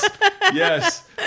Yes